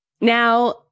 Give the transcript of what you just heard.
Now